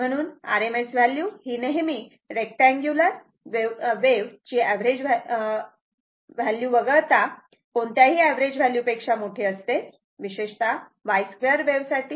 म्हणून RMS value ही नेहमी रेक्टअंगुलर वेव्ह ची ऍव्हरेज व्हॅल्यू वगळता कोणत्याही एव्हरेज व्हॅल्यू पेक्षा मोठी असते विशेषतः y2 वेव्ह साठी